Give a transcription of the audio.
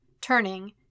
Turning